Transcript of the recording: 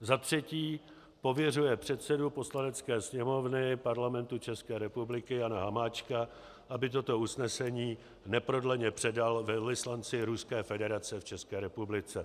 Za třetí pověřuje předsedu Poslanecké sněmovny Parlamentu České republiky Jana Hamáčka, aby toto usnesení neprodleně předal velvyslanci Ruské federace v České republice.